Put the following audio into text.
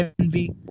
envy